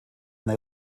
they